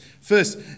First